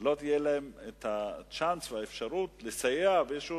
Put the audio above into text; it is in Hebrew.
לא יהיו הצ'אנס או האפשרות לסייע באיזשהו